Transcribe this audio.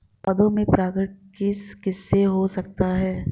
पौधों में परागण किस किससे हो सकता है?